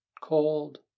cold